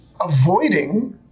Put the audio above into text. avoiding